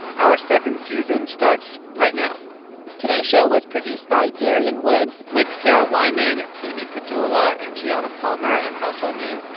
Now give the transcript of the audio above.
our second season starts right now today's show was produced by darian woods with sarah wyman, amy pedulla and gianna palmer at household name.